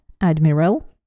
admiral –